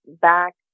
Back